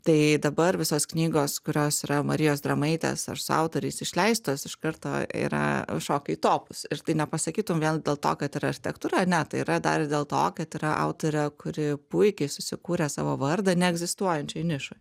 tai dabar visos knygos kurios yra marijos dramaitės ar su autoriais išleistos iš karto yra šoka į topus ir tai nepasakytum vien dėl to kad yra architektūra ne tai yra dar ir dėl to kad yra autorė kuri puikiai susikūrė savo vardą neegzistuojančioj nišoj